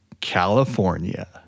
California